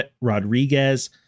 Rodriguez